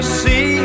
see